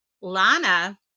Lana